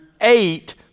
eight